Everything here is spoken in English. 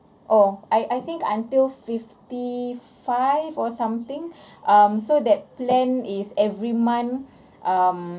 oh I I think until fifty five or something um so that plan is every month um